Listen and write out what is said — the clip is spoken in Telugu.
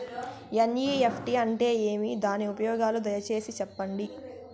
ఎన్.ఇ.ఎఫ్.టి అంటే ఏమి? దాని ఉపయోగాలు దయసేసి సెప్పండి?